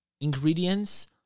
ingredients